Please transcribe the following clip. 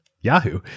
yahoo